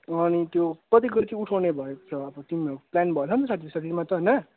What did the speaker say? अनि त्यो कति कति उठाउने भएको छ अब तिमीहरूको प्लान भयो होला नि त साथी साथीमा त होइन